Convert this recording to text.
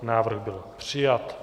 Návrh byl přijat.